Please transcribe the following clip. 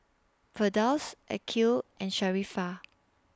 Firdaus Aqil and Sharifah